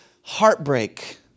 heartbreak